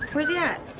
where's he at?